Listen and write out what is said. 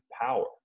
power